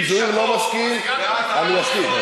אם זוהיר לא מסכים, אני מסכים.